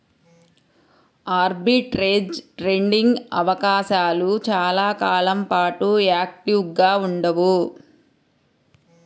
arbitrage trading అవకాశాలు చాలా కాలం పాటు యాక్టివ్గా ఉండవు